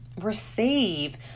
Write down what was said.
receive